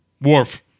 Worf